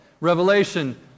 Revelation